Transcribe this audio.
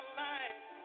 life